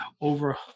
Over